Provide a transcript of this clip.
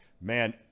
man